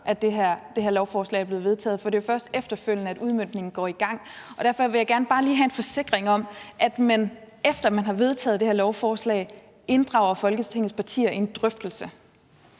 at det her lovforslag er blevet vedtaget, for det er jo først efterfølgende, at udmøntningen går i gang. Derfor vil jeg gerne bare lige have en forsikring om, at man, efter at det her lovforslag er blevet vedtaget, inddrager Folketingets partier i en drøftelse.